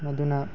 ꯃꯗꯨꯅ